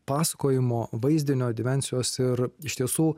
pasakojimo vaizdinio dimensijos ir iš tiesų